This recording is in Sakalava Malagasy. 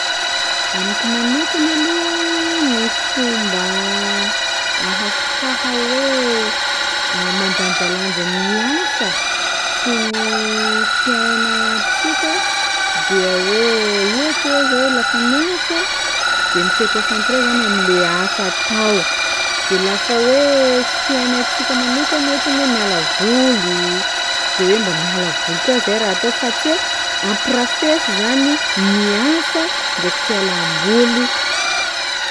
Amiko manokany aloha gny fomba ahafaha hoe a- mandanjalanja ny asa sy ny fiainatsika dia hoe ohatry hoe zao hoe lafa miasa de mi-se concentrer zany am'le asa atao de lafa hoe fiainatsika manokany ohatsy ny hoe miala voly de hoe mba miala voly koa zay raha atao fa tsy hoe ampirafesy zany gny asa ndraiky fialam-boly.